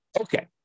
Okay